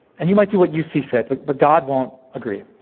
and you might do what you see fit. but god won't agree.